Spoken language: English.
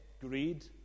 greed